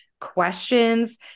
questions